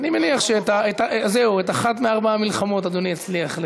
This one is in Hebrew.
אני מניח שאת אחת מארבע המלחמות אדוני יצליח,